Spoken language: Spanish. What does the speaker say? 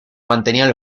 mantenían